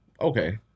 Okay